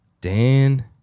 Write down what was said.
Dan